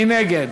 מי נגד?